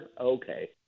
okay